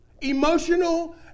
emotional